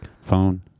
phone